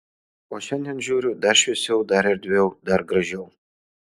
o šiandien žiūriu dar šviesiau dar erdviau dar gražiau